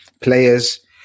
players